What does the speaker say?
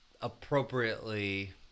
appropriately